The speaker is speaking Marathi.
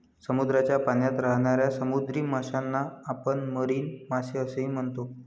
समुद्राच्या पाण्यात राहणाऱ्या समुद्री माशांना आपण मरीन मासे असेही म्हणतो